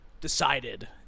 decided